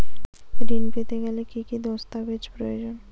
ঋণ পেতে গেলে কি কি দস্তাবেজ প্রয়োজন?